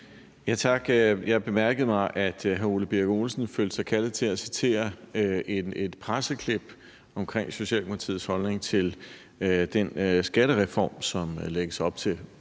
(S): Tak. Jeg bemærkede, at hr. Ole Birk Olesen følte sig kaldet til at citere et presseklip omkring Socialdemokratiets holdning til den skattereform, som der lægges op til,